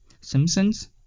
simpsons